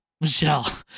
Michelle